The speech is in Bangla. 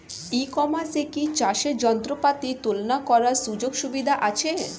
ই কমার্সে কি চাষের যন্ত্রপাতি তুলনা করার সুযোগ সুবিধা আছে?